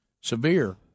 severe